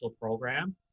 program